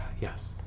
Yes